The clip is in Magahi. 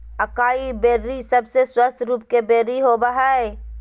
अकाई बेर्री सबसे स्वस्थ रूप के बेरी होबय हइ